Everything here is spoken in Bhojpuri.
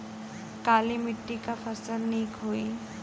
काली मिट्टी क फसल नीक होई?